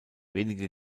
wenige